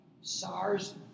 SARS